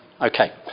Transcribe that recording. Okay